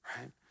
right